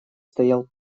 стоял